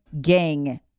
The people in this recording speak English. gang